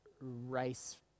race